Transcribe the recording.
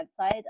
website